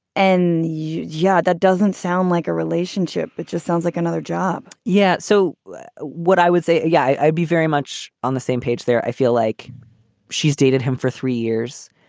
and yeah, that doesn't sound like a relationship it just sounds like another job. yeah. so what i would say, yeah. i'd be very much on the same page there. i feel like she's dated him for three years.